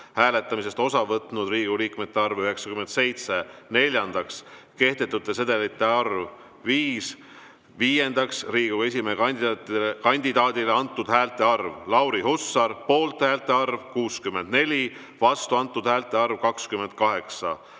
hääletamisest osa võtnud Riigikogu liikmete arv – 97. Neljandaks, kehtetute sedelite arv – 5. Viiendaks, Riigikogu esimehe kandidaadile antud häälte arv: Lauri Hussar, poolthäälte arv – 64, vastuhäälte arv – 28.